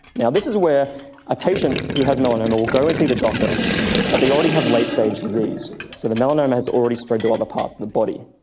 this is where a patient who has melanoma will go and see the doctor but they already have late stage disease, so the melanoma has already spread to other parts of the body.